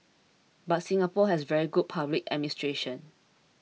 but Singapore has very good public administration